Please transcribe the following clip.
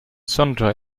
sundry